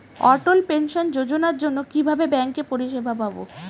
অটল pension যোজনার জন্য কিভাবে ব্যাঙ্কে পরিষেবা পাবো?